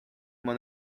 m’en